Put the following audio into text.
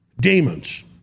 demons